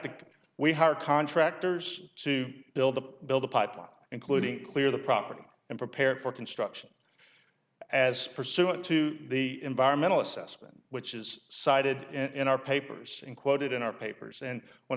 to we hire contractors to build the build a pipe including clear the property and prepared for construction as pursuant to the environmental assessment which is cited in our papers and quoted in our papers and one